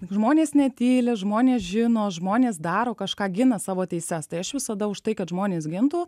žmonės netyli žmonės žino žmonės daro kažką gina savo teises tai aš visada už tai kad žmonės gintų